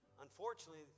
unfortunately